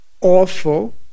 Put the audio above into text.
awful